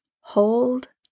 hold